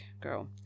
girl